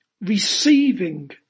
receiving